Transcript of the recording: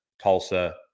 Tulsa